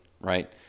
right